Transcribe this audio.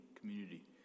community